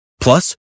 Plus